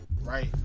right